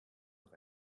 doch